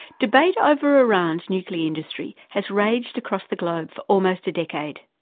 debate over iran's nuclear industry has raged across the globe for almost a decade.